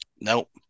Nope